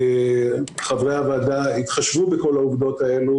חברי הוועדה יתחשבו בכל העובדות האלו